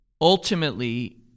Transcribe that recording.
Ultimately